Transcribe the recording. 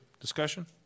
discussion